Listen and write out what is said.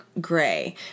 gray